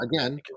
again